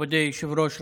מכובדי היושב-ראש,